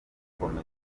gukomeza